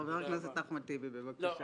חבר הכנסת אחמד טיבי, בבקשה.